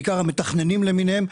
בעיקר המתכננים למיניהם,